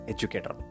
Educator